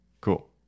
cool